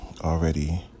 Already